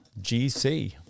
GC